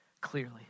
clearly